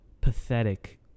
pathetic